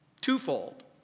twofold